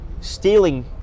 stealing